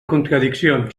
contradiccions